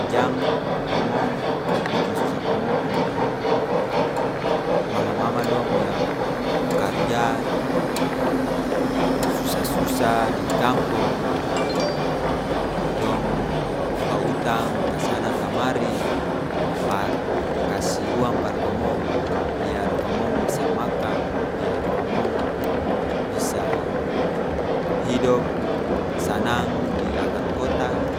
Jang komong biking susah komong punya, mama-mama dong yang karja susa-susa di kampong, dong ba utang, kasana-kamari par kasi uang par komong, biar komong bisa makang, biar komong bisa hidop sanang di akang kota,